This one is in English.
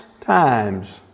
times